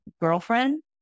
girlfriend